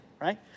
right